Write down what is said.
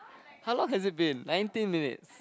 how long has it been nineteen minutes